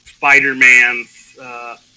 Spider-Man's